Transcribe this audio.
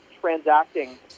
transacting